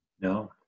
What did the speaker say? No